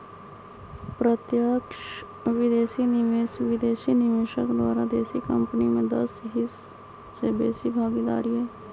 प्रत्यक्ष विदेशी निवेश विदेशी निवेशक द्वारा देशी कंपनी में दस हिस्स से बेशी भागीदार हइ